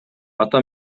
ата